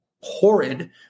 horrid